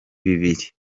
bibiri